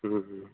ம்ஹூம்